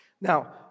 Now